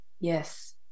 Yes